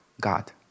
God